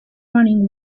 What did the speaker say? running